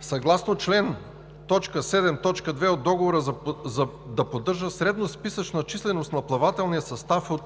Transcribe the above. съгласно чл. 7, т. 2 от Договора да поддържа средносписъчна численост на плавателния състав от